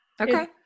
Okay